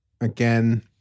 again